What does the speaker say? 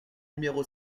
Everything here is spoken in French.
numéro